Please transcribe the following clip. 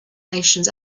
nations